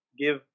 give